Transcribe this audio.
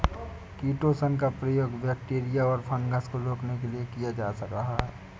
chitosan का प्रयोग bacteria और फँगस को रोकने के लिए किया जा रहा है